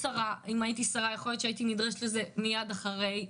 ואם הייתי שרה יכול להיות שהייתי נדרשת לנושא מיד אחרי.